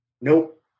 Nope